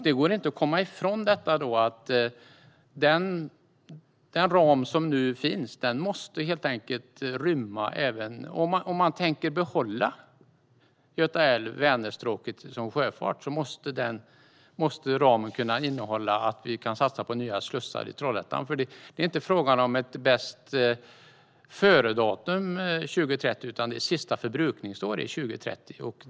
Det går inte att komma ifrån att om man tänker behålla sjöfarten på Göta älv-Vänerstråket måste ramen kunna innehålla satsningar på nya slussar i Trollhättan. Det är inte fråga om ett bästföredatum 2030, utan sista förbrukningsår är 2030.